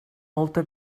molta